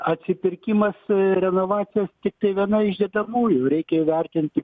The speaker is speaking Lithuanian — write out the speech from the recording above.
atsipirkimas renovacijos tiktai viena iš dedamųjų reikia įvertinti